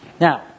Now